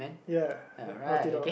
ya naughty dog